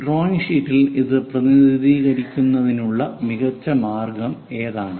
drawing ഷീറ്റിൽ ഇത് പ്രതിനിധീകരിക്കുന്നതിനുള്ള മികച്ച മാർഗം ഏതാണ്